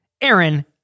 Aaron